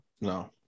No